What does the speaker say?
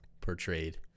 portrayed